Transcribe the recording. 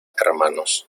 hermanos